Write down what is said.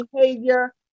behavior